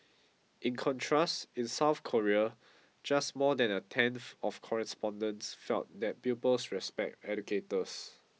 in contrast in South Korea just more than a tenth of respondents felt that pupils respect educators